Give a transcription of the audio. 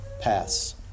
pass